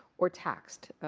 or taxed,